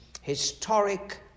historic